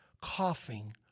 coughing